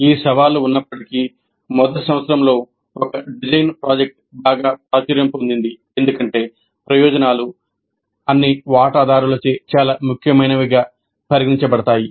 ఈ సవాళ్లు ఉన్నప్పటికీ మొదటి సంవత్సరంలో ఒక డిజైన్ ప్రాజెక్ట్ బాగా ప్రాచుర్యం పొందింది ఎందుకంటే ప్రయోజనాలు అన్ని వాటాదారులచే చాలా ముఖ్యమైనవిగా పరిగణించబడతాయి